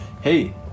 Hey